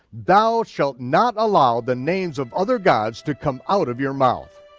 thou shalt not allow the names of other gods to come out of your mouth.